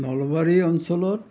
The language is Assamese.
নলবাৰী অঞ্চলত